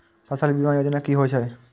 फसल बीमा योजना कि होए छै?